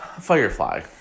Firefly